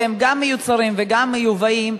והם גם מיוצרים וגם מיובאים,